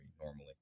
normally